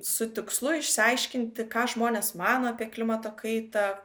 su tikslu išsiaiškinti ką žmonės mano apie klimato kaitą